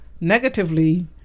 negatively